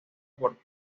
por